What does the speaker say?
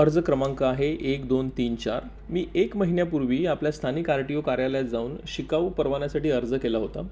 अर्ज क्रमांक आहे एक दोन तीन चार मी एक महिन्यापूर्वी आपल्या स्थानिक आर्टियो कार्यालयात जाऊन शिकाऊ परवान्यासाठी अर्ज केला होता